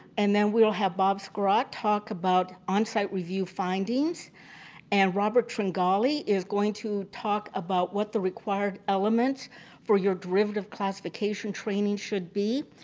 and then we will have bob skwirot talk about on-site review findings and robert tringali is going to talk about what the required elements for your derivative classification training should be.